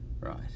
Right